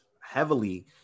heavily